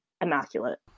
immaculate